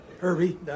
Herbie